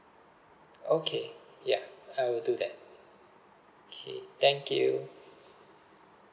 okay ya I will do that okay thank you